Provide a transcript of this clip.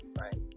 right